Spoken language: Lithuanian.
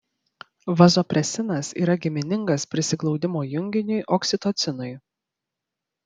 vazopresinas yra giminingas prisiglaudimo junginiui oksitocinui